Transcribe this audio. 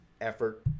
effort